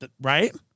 Right